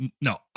No